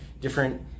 different